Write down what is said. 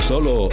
Solo